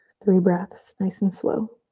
three breaths nice and slow.